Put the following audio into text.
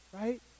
right